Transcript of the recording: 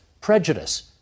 prejudice